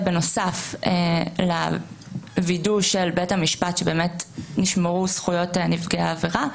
בנוסף לווידוא של בית המשפט שבאמת נשמרו זכויות נפגעי העבירה,